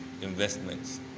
investments